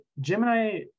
gemini